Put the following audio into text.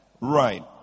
Right